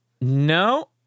No